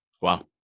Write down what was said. Wow